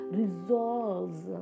resolves